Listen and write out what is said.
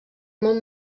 molt